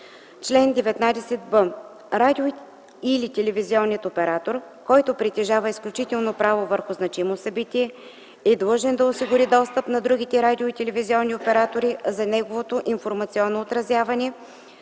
Чл. 19б. Радио- или телевизионен оператор, който притежава изключително право върху значимо събитие, е длъжен да осигури достъп на другите радио- и телевизионни оператори за неговото информационно отразяване